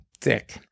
thick